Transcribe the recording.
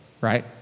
right